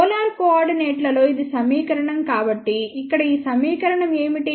polar కోఆర్డినేట్లలో ఇది సమీకరణం కాబట్టి ఇక్కడ ఈ సమీకరణం ఏమిటి